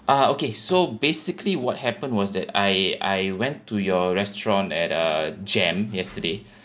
uh okay so basically what happened was that I I went to your restaurant at uh gem yesterday